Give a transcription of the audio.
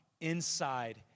inside